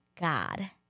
God